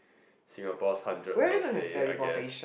Singapore's hundred birthday I guess